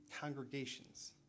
congregations